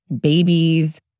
babies